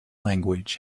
language